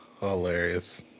Hilarious